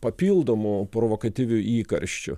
papildomu provokatyviu įkarščiu